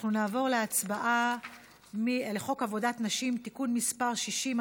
נעבור להצבעה על חוק עבודת נשים (תיקון מס' 60),